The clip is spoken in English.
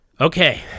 Okay